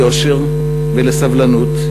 ליושר ולסבלנות,